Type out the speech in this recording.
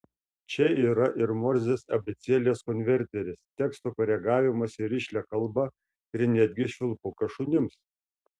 čia yra ir morzės abėcėlės konverteris teksto koregavimas į rišlią kalbą ir netgi švilpukas šunims